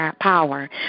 power